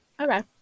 Okay